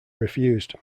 refused